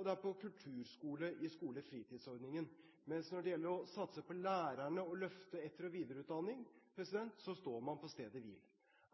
og på kulturskole i skolefritidsordningen. Men når det gjelder å satse på lærerne og å løfte videre- og etterutdanning, står man på stedet hvil.